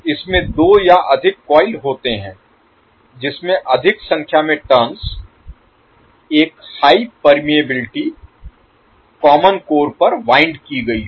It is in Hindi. इसमें दो या अधिक कॉइल होते हैं जिसमें अधिक संख्या में टर्न्स एक हाई परमेयबिलिटी कॉमन कोर पर वाइंड की गई हो